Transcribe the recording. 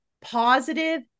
positive